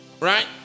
right